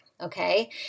okay